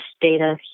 data